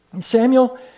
Samuel